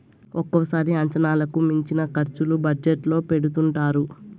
ఒక్కోసారి అంచనాలకు మించిన ఖర్చులు బడ్జెట్ లో పెడుతుంటారు